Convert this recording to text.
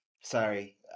sorry